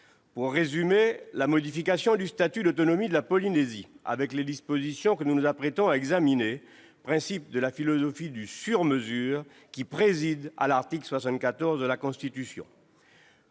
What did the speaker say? Pour résumer, la modification du statut d'autonomie de la Polynésie, avec les dispositions que nous nous apprêtons à examiner, participe de la philosophie du « sur-mesure » qui préside à l'article 74 de la Constitution.